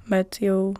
bet jau